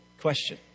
question